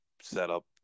setup